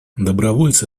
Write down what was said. добровольцы